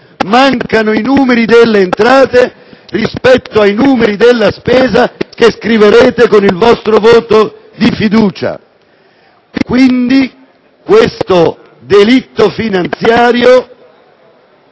Mancano i numeri delle entrate rispetto ai numeri della spesa che scriverete con il vostro voto di fiducia. Quindi, questo delitto finanziario